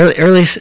Early